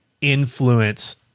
influence